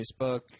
Facebook